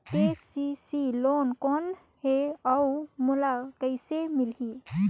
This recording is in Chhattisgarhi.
के.सी.सी लोन कौन हे अउ मोला कइसे मिलही?